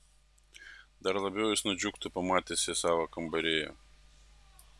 dar labiau jis nudžiugtų pamatęs ją savo kambaryje